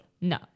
No